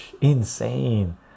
insane